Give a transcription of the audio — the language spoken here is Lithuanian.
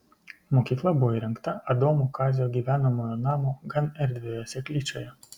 mokykla buvo įrengta adomo kazio gyvenamojo namo gan erdvioje seklyčioje